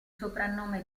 soprannome